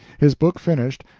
his book finished,